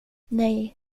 nej